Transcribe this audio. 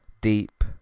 Deep